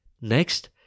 Next